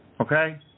Okay